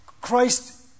Christ